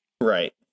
Right